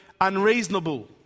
unreasonable